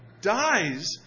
dies